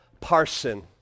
parson